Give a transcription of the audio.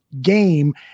game